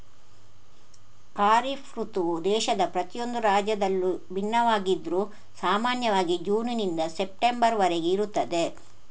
ಖಾರಿಫ್ ಋತುವು ದೇಶದ ಪ್ರತಿಯೊಂದು ರಾಜ್ಯದಲ್ಲೂ ಭಿನ್ನವಾಗಿದ್ರೂ ಸಾಮಾನ್ಯವಾಗಿ ಜೂನ್ ನಿಂದ ಸೆಪ್ಟೆಂಬರ್ ವರೆಗೆ ಇರುತ್ತದೆ